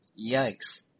Yikes